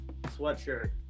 sweatshirt